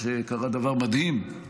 קרה דבר מדהים: